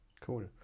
Cool